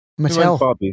Mattel